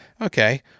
Okay